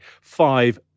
five